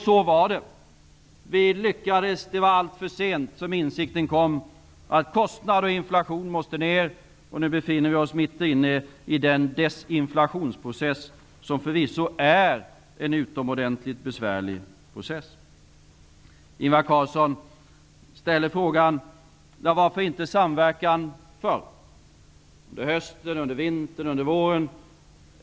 Så var det alltså. Insikten om att kostnader och inflation måste ned kom alltför sent, och nu befinner vi oss mitt inne i den desinflationsprocess som förvisso är en utomordentligt besvärlig process. Ingvar Carlsson frågade varför det inte har förekommit någon samverkan tidigare, under hösten, under vintern och under våren.